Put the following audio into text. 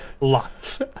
lots